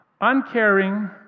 uncaring